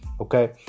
Okay